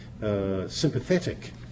Sympathetic